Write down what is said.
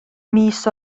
mis